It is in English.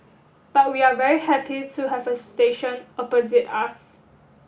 but we are very happy to have a station opposite us